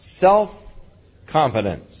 self-confidence